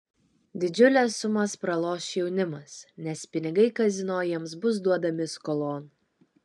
didžiules sumas praloš jaunimas nes pinigai kazino jiems bus duodami skolon